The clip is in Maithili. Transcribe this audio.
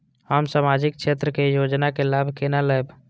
हम सामाजिक क्षेत्र के योजना के लाभ केना लेब?